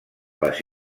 les